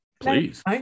Please